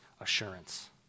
assurance